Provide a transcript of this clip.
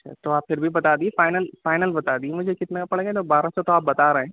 اچھا تو آپ پھر بھی بتا دیے فائنل فائنل بتا دیے مجھے کتنا پڑے گا یہ تو بارہ سو تو آپ بتا رہے ہیں